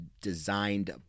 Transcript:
designed